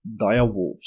direwolves